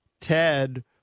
Ted